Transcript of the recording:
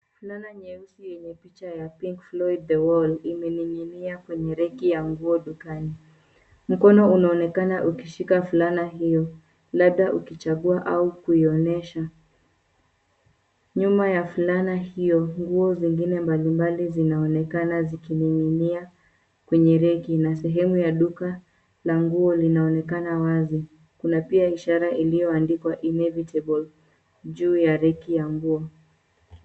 Fulana nyeusi yenye picha ya Pink Floyd the wall imening'inia kwenye reki ya nguo dukani. Mkono unaonekana ukishika fulana hiyo labda ukichagua au kuionyesha. Nyuma ya fulana hiyo nguo zingine mbalimbali zinaonekana zikining'inia kwenye reki na sehemu ya duka la nguo linaonekana wazi. Kuna pia ishara iliyoandikwa Inevitable juu ya reki ya nguo.